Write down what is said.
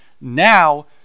Now